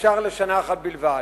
אושר לשנה אחת בלבד.